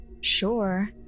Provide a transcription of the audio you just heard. Sure